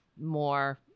more